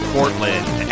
Portland